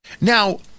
now